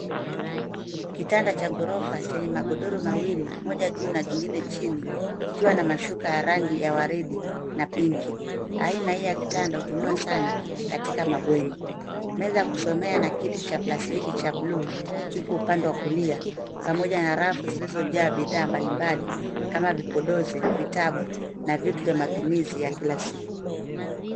Kitanda cha ghorofa chenye magodoro mawili, moja juu na jingine chini likiwa na mashuka ya rangi ya waridi na pinki. Aina hii ya kitanda hutumiwa sana katika mabweni Meza ya kusomea na kiti cha plastiki cha buluu kiko upande wa kulia pamoja na rafu zilizojaa bidhaa mbalimbali kama vipondozi, vitabu na vitu vya matumizi ya kila siku.